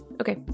okay